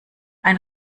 ein